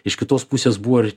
iš kitos pusės buvo ir